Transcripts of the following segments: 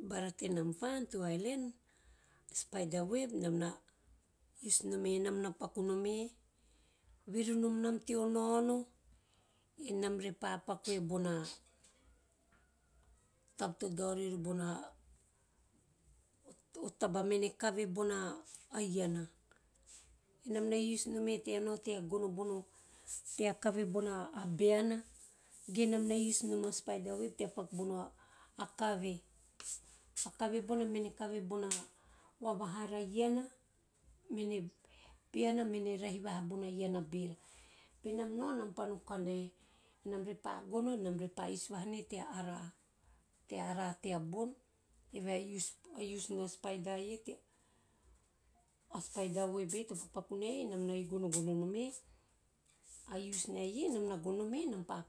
Bara tenam van! A spider web na use nom e nam na paku nom e, viru nom nam teo naono enam repa pakue bona taba to dao riori bona, a taba mene kave bona iana. Enam na use nome tea nao tea gono bona tea kave bona beana, ge enam na use nom a spider web tea paku bona kave. A kave mene kave bona vahava iana mene biana mene rahi vaha bona iana vai a bera. Benam nao mam re pa no kana e enam ve pa gono enam repa use vaha he tea ava tea bon, eve a use - a use no spider web ei to pakupaku nei enam na gonogono nom e.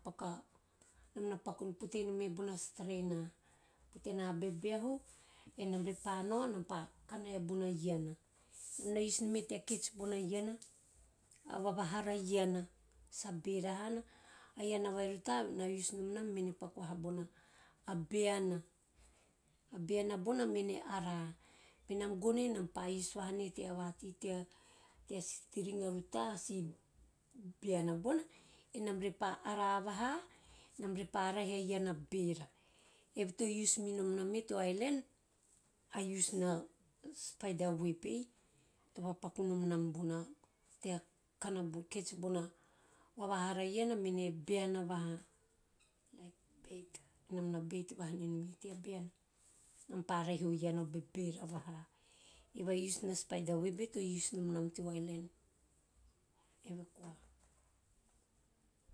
Paku a enam na paku pote nome bona strainer. Pote na bebeahu enam repa nao, enam re pa kana e bona iana, sa beva hana, a iana vaai a ruta na use nom nam mene paku vaha a iana vai a ruta na use nom nam mene paku vaha bona beana. A beana bona mene ara benam gono e enam repa use vaha ne tea vatei tea si string a si rute a si beana bona enam re pa ava vaha, enam re pa rahi a iana bera, eve to use minom nam e teop island. A use no spider web ei to pakupaku nom nam bona tea kana bona, catch bona vavahara iana mene bena vaha. Enam na beit vaha ninom e tea beana, enam repa rahi o iana o bebera vaha. Eve a use no spider web ei to use - use minom nam teo island.